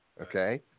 Okay